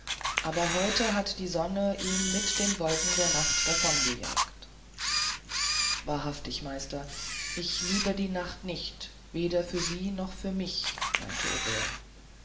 aber heute hat die sonne ihn mit den wolken der nacht davongejagt wahrhaftig meister ich liebe die nacht nicht weder für sie noch für mich meinte